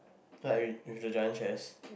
like we we the chance as